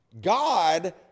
God